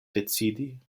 decidi